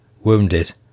wounded